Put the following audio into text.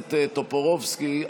הכנסת טופורובסקי,